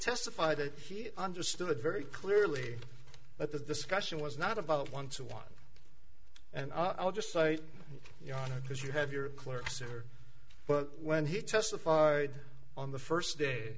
testified that he understood very clearly that the discussion was not about one to one and i'll just say you know because you have your clerks are but when he testified on the first day